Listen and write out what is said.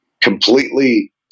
completely